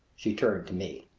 she turned to me.